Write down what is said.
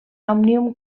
òmnium